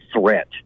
threat